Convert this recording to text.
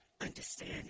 understand